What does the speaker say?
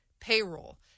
payroll